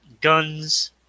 guns